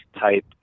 type